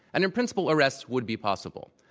and, in principle, arrests would be possible.